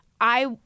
I-